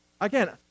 again